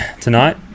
tonight